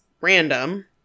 random